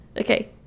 Okay